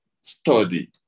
study